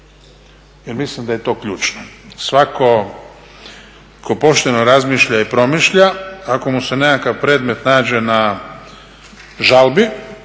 jer mislim da je to ključno. Svako tko pošteno razmišlja i promišlja, ako mu se nekakav predmet nađe na žalbi